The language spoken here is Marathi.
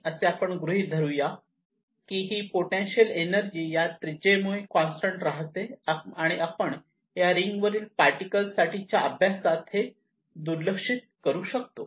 आपण असे गृहीत धरू या की हि पोटेन्शिअल एनर्जी या त्रिज्या मुळे कॉन्स्टंट राहते आणि आपण या रिंग वरील पार्टिकल साठीच्या अभ्यासात हे दुर्लक्षित करू शकतो